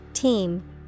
Team